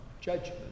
judgment